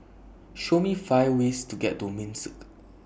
Show Me five ways to get to Minsk